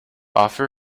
offer